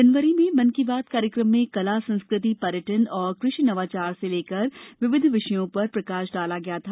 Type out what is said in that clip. जनवरी मे मन की बात कार्यक्रम में कला संस्कृति र्यटन और कृषि नवाचार से लेकर विविध विषयों र प्रकाश डाला था